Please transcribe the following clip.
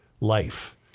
life